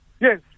Yes